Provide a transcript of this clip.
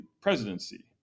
presidency